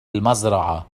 المزرعة